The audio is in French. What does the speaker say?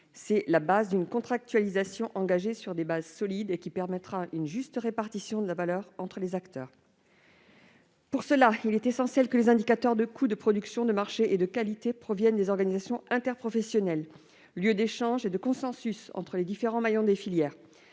C'est le fondement d'une contractualisation engagée sur des bases solides, laquelle permettra une juste répartition de la valeur entre les acteurs. Pour cela, il est essentiel que les indicateurs de coûts de production, de marché et de qualité proviennent des organisations interprofessionnelles, lieux d'échanges et de consensus entre les différents maillons des filières.